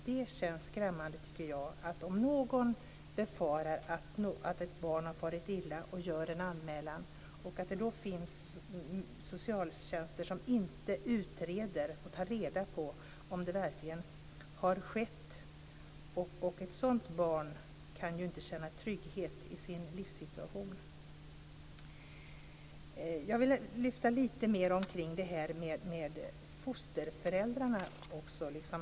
Det känns skrämmande att när någon befarar att ett barn har farit illa och gör en anmälan att det finns socialtjänster som inte utreder och tar reda på om det verkligen har skett något. Ett sådant barn kan inte känna trygghet i sin livssituation. Jag vill lyfta fram frågan om stöd till fosterföräldrarna.